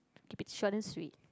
keep it short and sweet